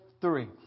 three